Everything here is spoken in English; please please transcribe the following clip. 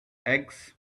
eggs